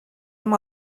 amb